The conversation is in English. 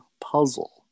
puzzle